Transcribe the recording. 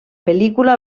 pel·lícula